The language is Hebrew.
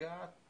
לגעת